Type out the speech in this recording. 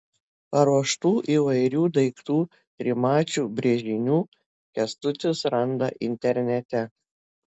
paruoštų įvairių daiktų trimačių brėžinių kęstutis randa internete